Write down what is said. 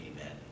Amen